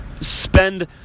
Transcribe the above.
spend